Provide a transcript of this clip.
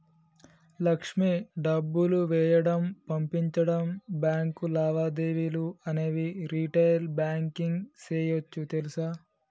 లక్ష్మి డబ్బులు వేయడం, పంపించడం, బాంకు లావాదేవీలు అనేవి రిటైల్ బాంకింగ్ సేయోచ్చు తెలుసా